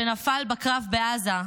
שנפל בקרב בעזה,